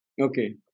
okay